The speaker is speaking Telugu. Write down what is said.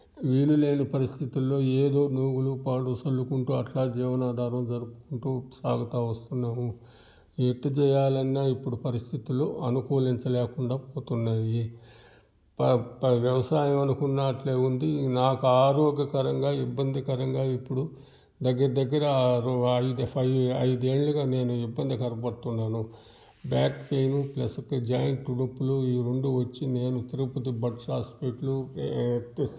వీలు లేని పరిస్థితిలో ఏదో నూగులు పాడు చల్లుకుంటు అట్లా జీవనాధారం జరుపుకుంటు సాగతు వస్తున్నాము ఎటు చేయాలన్నా ఇప్పుడు పరిస్థితులు అనుకూలించ లేకుండా పోతున్నాయి వ్యవసాయం అనుకున్నా అట్లా ఉంది నాకు ఆరోగ్యకరంగా ఇబ్బందికరంగా ఇప్పుడు దగ్గర దగ్గరగా ఐదు ఆరు ఐదేళ్ళుగా నేను ఇబ్బందికరం పడుతున్నాను బ్యాక్ పెయిన్ ప్లస్ జాయింట్ నొప్పులు ఈ రెండు వచ్చి నేను తిరుపతి బట్స్ హాస్పిటల్ ఏ టెస్ట్ చేసి